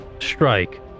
strike